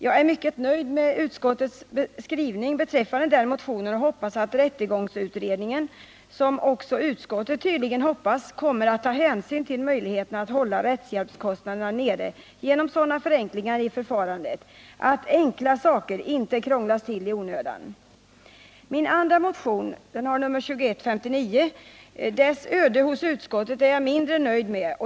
Jag är mycket nöjd med utskottets skrivning beträffande den motionen och hoppas, vilket tydligen också utskottet gör, att rättegångsutredningen kommer att ta hänsyn till möjligheterna att hålla rättshjälpskostnaderna nere genom sådana förenklingar i förfarandet att enkla saker inte krånglas till i onödan. Min andra motion, nr 2159, har i utskottet rönt ett öde som jag är mindre nöjd med.